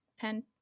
pen